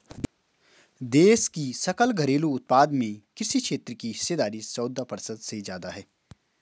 देश की सकल घरेलू उत्पाद में कृषि क्षेत्र की हिस्सेदारी चौदह फीसदी से ज्यादा है